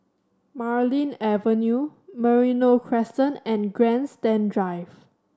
Marlene Avenue Merino Crescent and Grandstand Drive